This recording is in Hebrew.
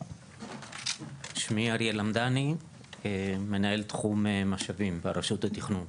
שמי אריאל למדני, מנהל תחום משאבים ברשות התכנון.